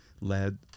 led